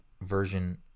version